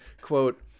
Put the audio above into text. quote